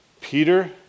Peter